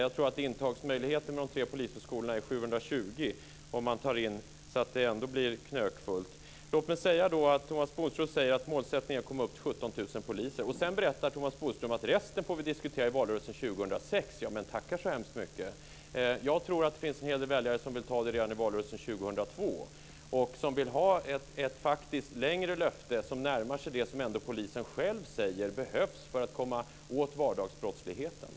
Jag tror att de tre polishögskolorna har möjlighet att ta in 720 aspiranter, men då blir det knökfullt. Thomas Bodström säger att målsättningen är att komma upp till 17 000 poliser. Sedan säger han att vi får diskutera resten i valrörelsen 2006. Tackar så hemskt mycket! Jag tror att det finns en hel del väljare som vill ta det redan i valrörelsen 2002 och som vill ha ett löfte som sträcker sig längre och som innebär att vi närmar oss det antal poliser som polisen själv säger behövs för att man ska kunna komma åt vardagsbrottsligheten.